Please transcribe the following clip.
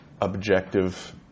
objective